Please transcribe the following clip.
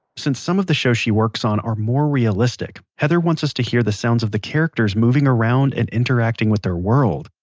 since some of the shows she works on are more realistic, heather wants us to hear the sounds of the characters moving around and interacting with their world.